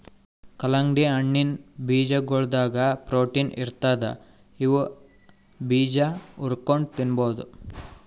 ಕಲ್ಲಂಗಡಿ ಹಣ್ಣಿನ್ ಬೀಜಾಗೋಳದಾಗ ಪ್ರೊಟೀನ್ ಇರ್ತದ್ ಇವ್ ಬೀಜಾ ಹುರ್ಕೊಂಡ್ ತಿನ್ಬಹುದ್